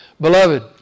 Beloved